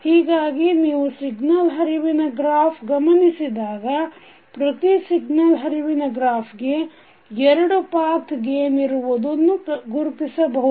ಹೀಗಾಗಿ ನೀವು ಸಿಗ್ನಲ್ ಹರಿವಿನ ಗ್ರಾಫ್ ಗಮನಿಸಿದಾಗ ಪ್ರತಿ ಸಿಗ್ನಲ್ ಹರಿವಿನ ಗ್ರಾಫ್ ಗೆ ಎರಡು ಪಾಥ್ ಗೇನ್ ಇರುವುದನ್ನು ಗುರುತಿಸಬಹುದು